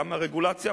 גם מהרגולציה,